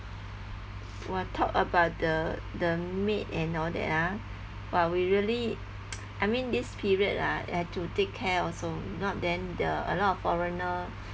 !wah! talk about the the maid and all that ah !wah! we really I mean this period ah have to take care also not then the a lot of foreigner